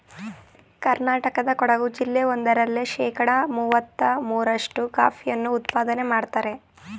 ಕರ್ನಾಟಕದ ಕೊಡಗು ಜಿಲ್ಲೆ ಒಂದರಲ್ಲೇ ಶೇಕಡ ಮುವತ್ತ ಮೂರ್ರಷ್ಟು ಕಾಫಿಯನ್ನು ಉತ್ಪಾದನೆ ಮಾಡ್ತರೆ